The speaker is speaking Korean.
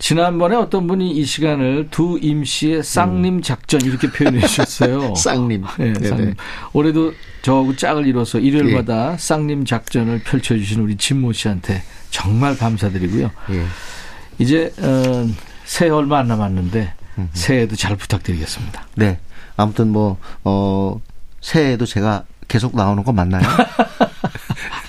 지난번에 어떤 분이 이 시간을 두 임 씨의 쌍님 음. 작전 이렇게 표현해 주셨어요. 쌍님. 예, 쌍님. 네, 네. 올해도 저하고 짝을 이뤄서 일요일마다 예. 쌍님 작전을 펼쳐주신 우리 진모 씨한테 정말 감사드리고요. 예. 이제, 어, 새해 얼마 안 남았는데 음흠. 새해도 잘 부탁드리겠습니다. 네. 아무튼 뭐, 어, 새해에도 제가 계속 나오는 거 맞나요?